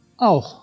Auch